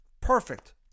Perfect